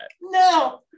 No